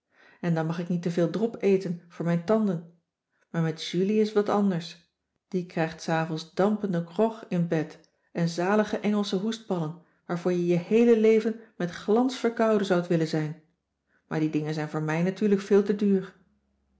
en dan mag ik niet te veel drop eten voor mijn tanden maar met julie is het wat anders die krijgt s avonds dampende groc in bed en zalige engelsche hoestballen waarvoor je je heele leven met glans verkouden zoudt willen zijn maar die dingen zijn voor mij natuurlijk veel te duur